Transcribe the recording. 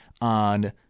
on